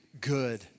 good